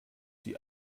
die